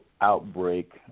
outbreak